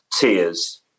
Tears